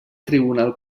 tribunal